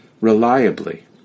reliably